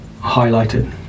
highlighted